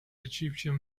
egyptian